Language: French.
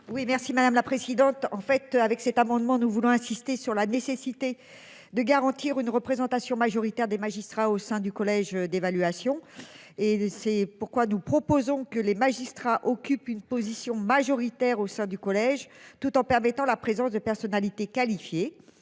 merci madame la présidente. En fait, avec cet amendement, nous voulons insister sur la nécessité de garantir une représentation majoritaire des magistrats au sein du collège d'évaluation et c'est pourquoi nous proposons que les magistrats occupe une position majoritaire au sein du collège, tout en permettant la présence de personnalités qualifiées